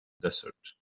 desert